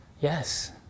yes